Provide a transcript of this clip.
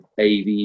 AV